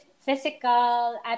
physical